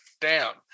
down